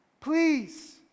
please